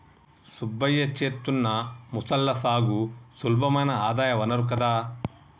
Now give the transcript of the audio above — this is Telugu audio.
సుబ్బయ్య చేత్తున్న మొసళ్ల సాగు సులభమైన ఆదాయ వనరు కదా